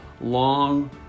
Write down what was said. long